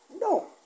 No